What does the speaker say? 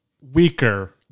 weaker